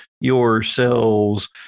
yourselves